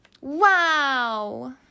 wow